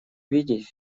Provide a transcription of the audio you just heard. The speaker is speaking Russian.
видеть